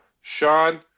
Sean